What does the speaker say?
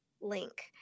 link